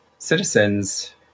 citizens